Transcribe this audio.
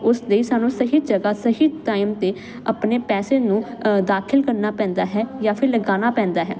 ਉਸ ਲਈ ਸਾਨੂੰ ਸਹੀ ਜਗ੍ਹਾ ਸਹੀ ਟਾਈਮ ਤੇ ਆਪਣੇ ਪੈਸੇ ਨੂੰ ਦਾਖਿਲ ਕਰਨਾ ਪੈਂਦਾ ਹੈ ਜਾਂ ਫਿਰ ਲਗਾਨਾ ਪੈਂਦਾ ਹੈ